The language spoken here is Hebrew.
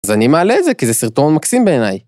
אז אני מעלה את זה כי זה סרטון מקסים בעיניי.